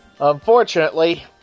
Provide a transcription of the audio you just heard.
Unfortunately